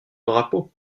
drapeau